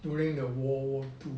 during the world war two